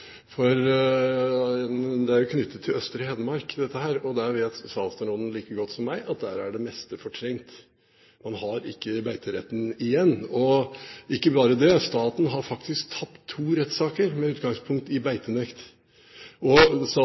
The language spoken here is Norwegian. er knyttet til Østre Hedmark, og statsråden vet like godt som meg at der er det meste fortrengt. Man har ikke beiterett igjen. Ikke bare det, staten har faktisk tapt to rettssaker med utgangspunkt i beitenekt.